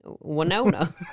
Winona